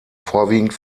vorwiegend